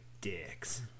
dicks